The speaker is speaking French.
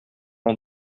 ans